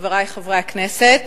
חברי חברי הכנסת,